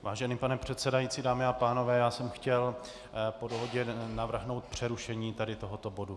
Vážený pane předsedající, dámy a pánové, já jsem chtěl po dohodě navrhnout přerušení tohoto bodu.